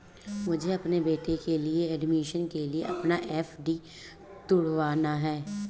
मुझे अपने बेटे के एडमिशन के लिए अपना एफ.डी तुड़वाना पड़ा